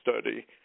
study